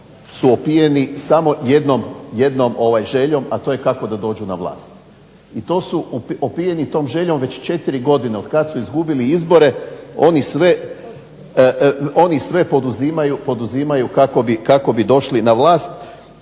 su opijeni samo jednom željom, a to je kako da dođu na vlast. I to su opijeni tom željom već 4 godine od kada su izgubili izbore oni sve poduzimaju kako bi došli na vlast,